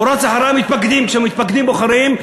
או רץ אחרי המתפקדים כשהמתפקדים בוחרים,